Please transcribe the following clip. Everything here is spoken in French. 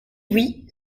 oui